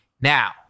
Now